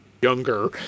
younger